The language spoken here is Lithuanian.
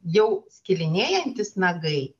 jau skilinėjantys nagai